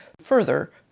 further